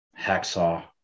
Hacksaw